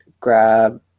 grab